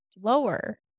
lower